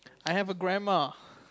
I have a grandma